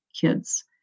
kids